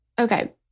Okay